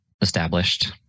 established